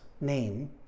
name